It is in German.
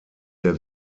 der